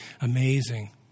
amazing